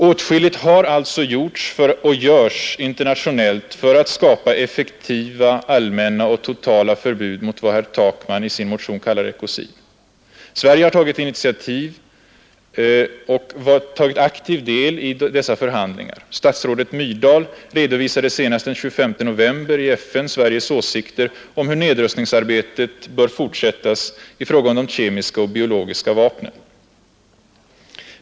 Åtskilligt har alltså gjorts och görs internationellt för att skapa effektiva, allmänna och totala förbud mot vad herr Takman i sin motion kallar ekocid. Sverige har tagit aktiv del i dessa förhandlingar. Statsrådet Myrdal redovisade senast den 25 november i FN Sveriges åsikter om hur nedrustningsarbetet bör fortsättas i fråga om de kemiska och biologiska vapnen.